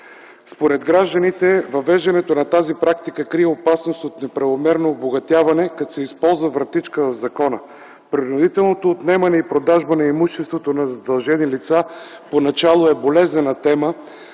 Според гражданите въвеждането на тази практика крие опасност от неправомерно обогатяване, като се използва вратичка в закона. Принудителното отнемане и продажба на имуществото на задължени лица поначало е болезнена тема